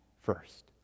first